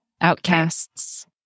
Outcasts